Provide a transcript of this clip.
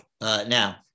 Now